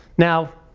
now,